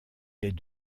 les